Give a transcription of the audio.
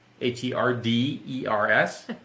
H-E-R-D-E-R-S